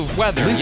weather